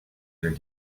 your